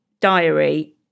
diary